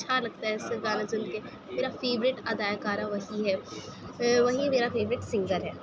اچّھا لگتا ہے اس سے گانے سن کے میرا فیورٹ اداکارہ وہی ہے وہی میرا فیورٹ سنگر ہے